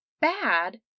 bad